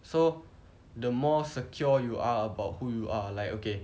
so the more secure you are about who you are like okay